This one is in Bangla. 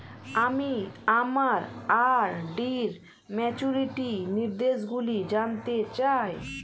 আমি আমার আর.ডি র ম্যাচুরিটি নির্দেশগুলি জানতে চাই